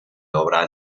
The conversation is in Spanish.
obra